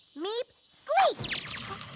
meep, sleep.